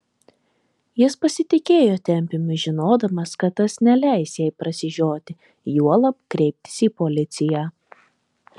jis pasitikėjo tempiumi žinodamas kad tas neleis jai prasižioti juolab kreiptis į policiją